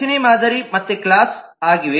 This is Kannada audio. ರಚನೆ ಮಾದರಿ ಮತ್ತೆ ಕ್ಲಾಸ್ವಾಗಿದೆ